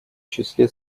числе